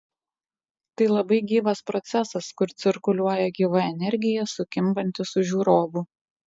tai labai gyvas procesas kur cirkuliuoja gyva energija sukimbanti su žiūrovu